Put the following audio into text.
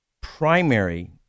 primary